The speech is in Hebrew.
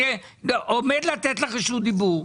אני עומד לתת לך רשות דיבור.